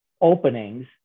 openings